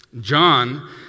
John